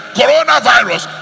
coronavirus